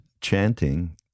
chanting